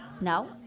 No